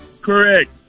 Correct